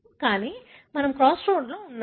కానీ మనము క్రాస్ రోడ్డులో ఉన్నాము